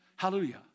Hallelujah